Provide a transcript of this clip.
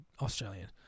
Australian